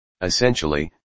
essentially